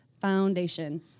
Foundation